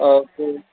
okay